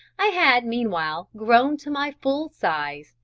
i had, meanwhile, grown to my full size,